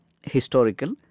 historical